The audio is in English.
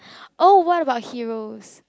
oh what about Heroes